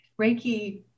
Reiki